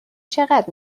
چقدر